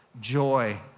joy